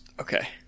Okay